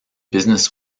business